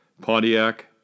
Pontiac